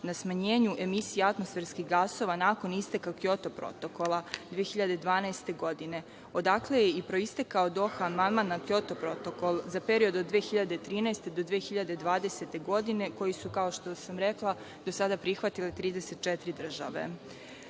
na smanjenju emisije atmosferskih gasova nakon isteka Kjoto protokola 2012. godine, odakle je i proistekao Doha amandman na Kjoto protokol za period od 2013. do 2020. godine, koji su, kao što sam rekla, do sada prihvatile 34 države.